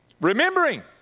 Remembering